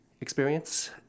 experience